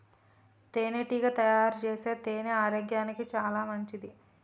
తేనెటీగ తయారుచేసే తేనె ఆరోగ్యానికి చాలా మంచిది